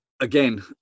again